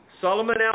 Solomon